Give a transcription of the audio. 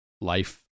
life